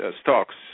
stocks